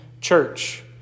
church